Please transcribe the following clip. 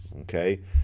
Okay